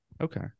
Okay